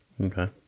Okay